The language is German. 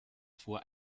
vor